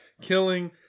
killing